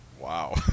Wow